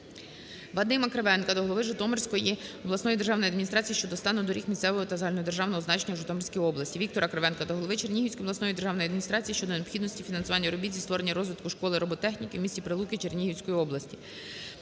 Вадима Кривенка до голови Житомирської обласної державної адміністрації щодо стану доріг місцевого та загальнодержавного значення у Житомирській області. Віктора Кривенка до голови Чернігівської обласної державної адміністрації щодо необхідності фінансування робіт зі створення, розвитку школи робототехніки в місті Прилуки Чернігівської області.